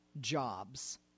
jobs